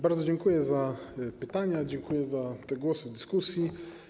Bardzo dziękuję za pytania, dziękuję za te głosy w dyskusji.